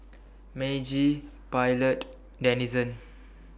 Meiji Pilot Denizen